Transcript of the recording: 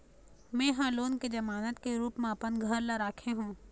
में ह लोन के जमानत के रूप म अपन घर ला राखे हों